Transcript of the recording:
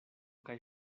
kaj